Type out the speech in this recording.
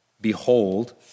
behold